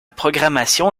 programmation